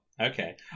okay